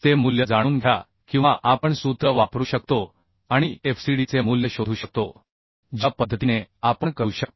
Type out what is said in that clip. चे मूल्य जाणून घ्या किंवा आपण सूत्र वापरू शकतो आणि FCDचे मूल्य शोधू शकतो ज्या पद्धतीने आपण करू शकतो